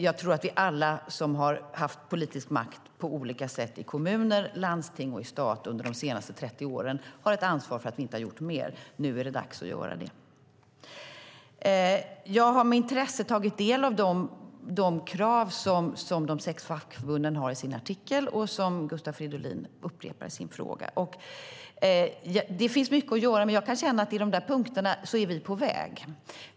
Jag tror att vi alla som har haft politisk makt på olika sätt i kommuner, landsting och stat under de senaste 30 åren har ett ansvar för att vi inte har gjort mer. Nu är det dags att göra något. Jag har med intresse tagit del av de krav som de sex fackförbunden har i sin artikel och som Gustav Fridolin upprepar i sin interpellation. Det finns mycket att göra, men jag kan känna att i de där punkterna är vi på väg.